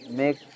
make